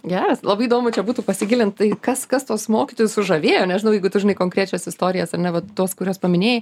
geras labai įdomu čia būtų pasigilint tai kas kas tuos mokytojus sužavėjo nežinau jeigu tu žinai konkrečias istorijas ar ne vat tos kuriuos paminėjai